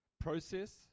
process